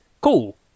cool